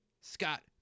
Scott